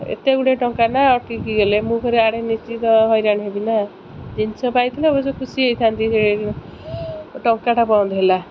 ଏତେ ଗୁଡ଼ିଏ ଟଙ୍କା ନା ଗଲେ ମୁଁ ଫେରେ ଆଡ଼େ ନିଶ୍ଚିତ ହଇରାଣ ହେବି ନା ଜିନିଷ ପାଇଥିଲେ ଅବଶ୍ୟ ଖୁସି ହେଇଥାନ୍ତି ଟଙ୍କାଟା ବନ୍ଦ ହେଲା